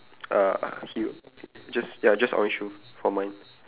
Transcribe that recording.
uh heel just ya just orange shoe for mine